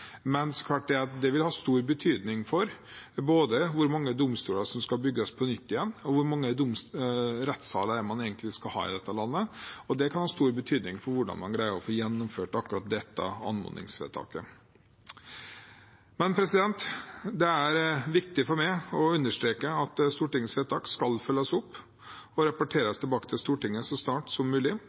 det er klart at det vil ha stor betydning for både hvor mange domstoler som skal bygges på nytt, og hvor mange rettssaler man egentlig skal ha i dette landet. Det kan ha stor betydning for hvordan man greier å få gjennomført akkurat dette anmodningsvedtaket. Det er viktig for meg å understreke at Stortingets vedtak skal følges opp, og at det skal rapporteres tilbake til Stortinget så snart som mulig.